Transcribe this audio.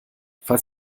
falls